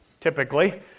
typically